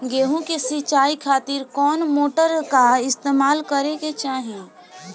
गेहूं के सिंचाई खातिर कौन मोटर का इस्तेमाल करे के चाहीं?